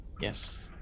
Yes